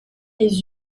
les